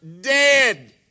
dead